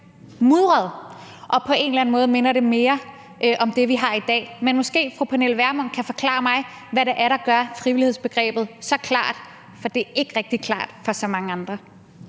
mudret, og på en eller anden måde minder det mere om det, vi har i dag. Men måske kan fru Pernille Vermund forklare mig, hvad det er, der gør frihedsbegrebet så klart, for det er ikke rigtig klart for så mange andre.